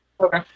Okay